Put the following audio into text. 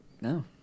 No